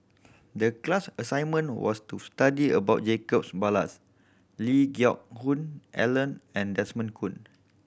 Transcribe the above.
the class assignment was to study about Jacobs Ballas Lee Geck Hoon Ellen and Desmond Kon